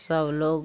सब लोग